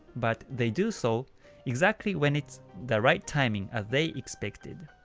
but they do so exactly when it's the right timing as they expected.